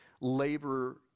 labor